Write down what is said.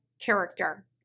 character